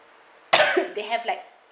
they have like